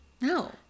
no